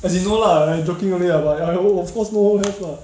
as in no lah I joking only lah but ya lah oh of course no one have lah